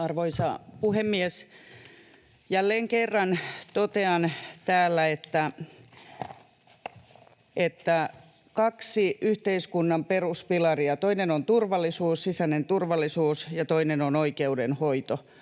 Arvoisa puhemies! Jälleen kerran totean täällä, että on kaksi yhteiskunnan peruspilaria, toinen on turvallisuus, sisäinen turvallisuus, ja toinen on oikeudenhoito,